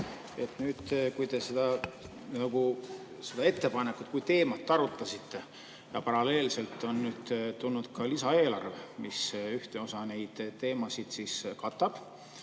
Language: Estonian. Nüüd, kui te seda ettepanekut kui teemat arutasite ja paralleelselt on tulnud ka lisaeelarve, mis ühe osa neist teemadest katab,